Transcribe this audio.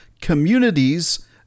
communities